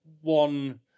one